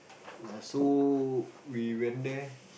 ya so we went there